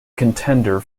contender